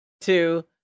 two